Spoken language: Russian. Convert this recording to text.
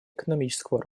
экономического